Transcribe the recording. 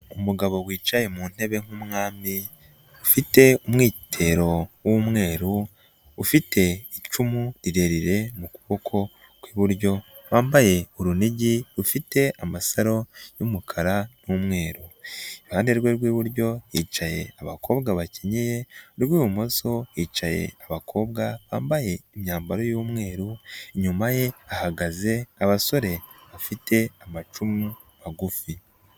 Umugabo wicaye mu ntebe nkumwami , ufite umwitero w'umweru ,ufite icumu rirerire mu kuboko kw'iburyo, wambaye urunigi rufite amasaro y'umukara n'umweru. lruhande rwe rw'iburyo hicaye abakobwa bakenyeye, urwo ibumoso hicaye abakobwa bambaye imyambaro yumweru, inyuma ye hahagaze abasore bafite amacumu magufi.